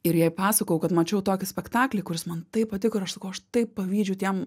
ir jai pasakojau kad mačiau tokį spektaklį kuris man taip patiko ir aš sakau aš taip pavydžiu tiem